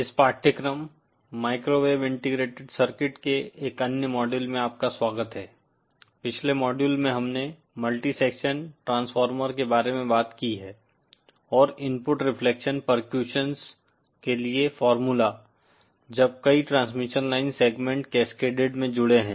इस पाठ्यक्रम 'microwave integrated circuit ' के एक अन्य मॉड्यूल में आपका स्वागत है पिछले मॉड्यूल में हमने 'मल्टी सेक्शन ट्रांसफॉर्मर' के बारे में बात की है और इनपुट रिफ्लेक्शन पर्क्यूशन के लिए फॉर्मूला जब कई ट्रांसमिशन लाइन सेगमेंट कैस्केड में जुड़े हैं